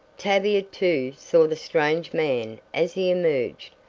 tavia, too, saw the strange man as he emerged,